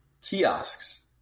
kiosks